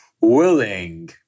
willing